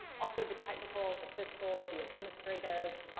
also the technical, the fiscal, the administrative,